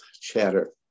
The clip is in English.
Chatter